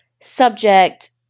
subject